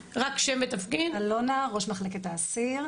אלונה, ראש מחלקת האסיר.